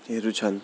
हरू छन्